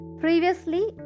previously